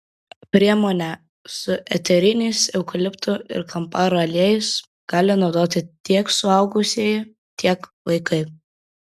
priemonę su eteriniais eukaliptų ir kamparo aliejais gali naudoti tiek suaugusieji tiek vaikai